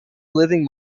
living